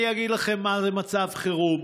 אני אגיד לכם מה זה מצב חירום.